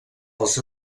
els